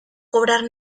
cobrar